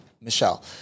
Michelle